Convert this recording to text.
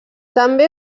també